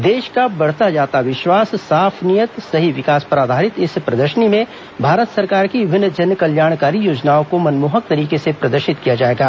देश का बढ़ता जाता विश्वास साफ नीयत सही विकास पर आधारित इस प्रदर्शनी में भारत सरकार की विभिन्न जन कल्याणकारी योजनाओं को मनमोहक तरीके से प्रदर्शित किया जाएगा